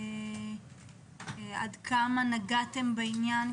עד כמה נגעתם בעניין,